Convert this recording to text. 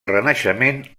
renaixement